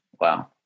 Wow